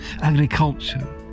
agriculture